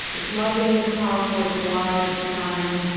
it's loving it's powerful it's wise it's kind.